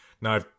Now